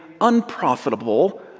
unprofitable